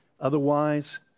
otherwise